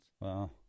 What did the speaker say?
Wow